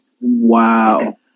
Wow